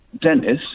Dennis